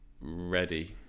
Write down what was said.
ready